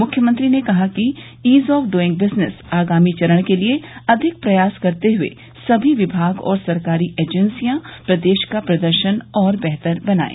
मुख्यमंत्री ने कहा कि ईज ऑफ डूइंग बिजनेश आगामी चरण के लिये अधिक प्रयास करते हुए सभी विभाग और सरकारी एजेंसियां प्रदेश का प्रदर्शन और बेहतर बनाये